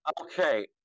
Okay